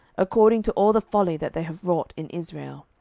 according to all the folly that they have wrought in israel.